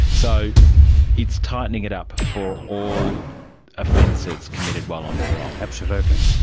so it's tightening it up for all offences committed while on parole. absolutely.